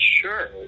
sure